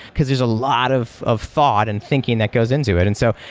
because there's a lot of of thought and thinking that goes into it. and so,